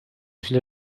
źle